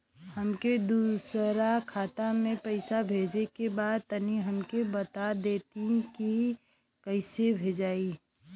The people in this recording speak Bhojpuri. हमके दूसरा खाता में पैसा भेजे के बा तनि हमके बता देती की कइसे भेजाई?